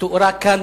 שתוארה כאן,